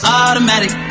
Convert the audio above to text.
automatic